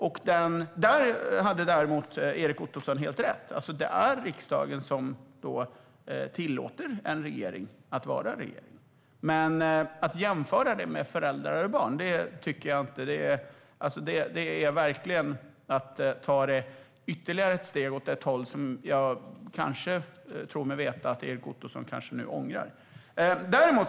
Erik Ottoson däremot hade helt rätt i att det är riksdagen som tillåter en regering att vara en regering. Men att jämföra det med föräldrar och barn är att ta ytterligare ett steg åt ett håll som jag tror mig veta att Erik Ottoson kanske ångrar nu.